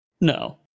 No